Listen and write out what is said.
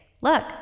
Look